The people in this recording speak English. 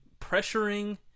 pressuring